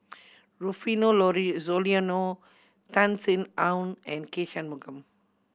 Rufino Soliano Tan Sin Aun and K Shanmugam